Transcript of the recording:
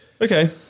Okay